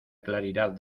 claridad